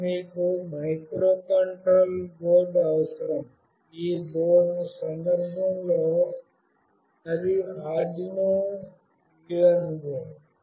మరియు మీకు microcontroller board అవసరం ఈ సందర్భంలో అది ఆర్డునో యునో